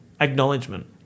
Acknowledgement